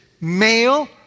male